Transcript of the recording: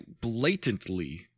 blatantly